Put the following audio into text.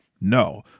No